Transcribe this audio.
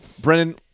Brennan